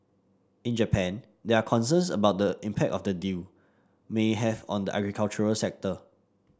in Japan there are concerns about the impact of the deal may have on the agriculture sector